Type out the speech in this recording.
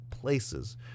places